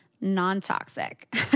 non-toxic